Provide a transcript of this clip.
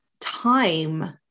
time